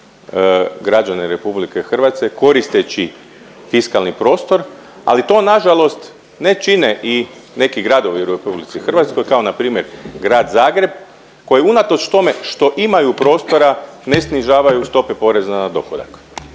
građane Republike Hrvatske koristeći fiskalni prostor, ali to na žalost ne čine i neki gradovi u Republici Hrvatskoj kao na primjer grad Zagreb koji unatoč tome što imaju prostora ne snižavaju stope poreza na dohodak.